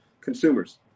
consumers